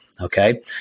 Okay